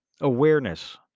awareness